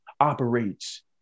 operates